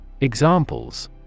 Examples